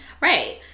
Right